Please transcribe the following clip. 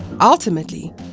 Ultimately